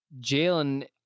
Jalen